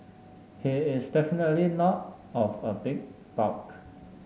he is definitely not of a big bulk